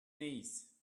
knees